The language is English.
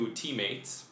teammates